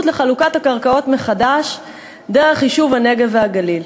לחלוקת הקרקעות מחדש דרך יישוב הנגב והגליל.